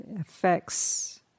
affects